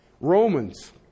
Romans